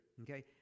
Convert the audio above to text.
okay